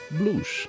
blues